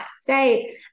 state